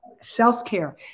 self-care